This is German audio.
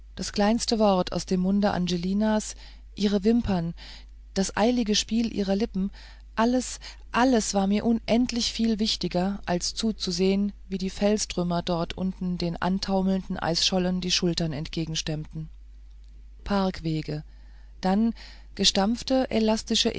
das kleinste wort aus dem munde angelinas ihre wimpern das eilige spiel ihrer lippen alles alles war mir unendlich viel wichtiger als zuzusehen wie die felstrümmer dort unten den antaumelnden eisschollen die schultern entgegenstemmten parkwege dann